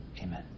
Amen